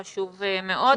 חשוב מאוד.